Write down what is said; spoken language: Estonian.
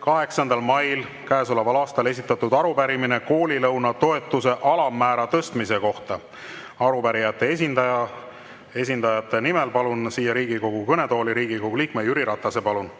8. mail käesoleval aastal esitatud arupärimine koolilõuna toetuse alammäära tõstmise kohta. Arupärijate nimel palun siia Riigikogu kõnetooli Riigikogu liikme Jüri Ratase. Palun!